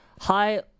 hi